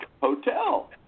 hotel